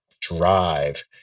drive